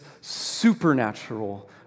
supernatural